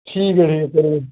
ठीक ऐ भी